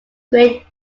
great